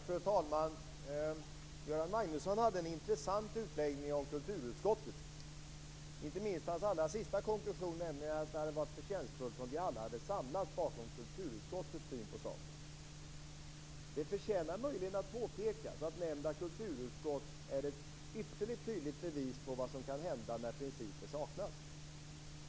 Fru talman! Göran Magnusson hade en intressant utläggning om kulturutskottet. Detta gäller inte minst hans allra sista konklusion, nämligen att det hade varit förtjänstfullt om vi alla hade samlats bakom kulturutskottets syn på saken. Det förtjänar möjligen att påpekas att nämnda kulturutskott är ett ytterst tydligt bevis på vad som kan hända när principer saknas.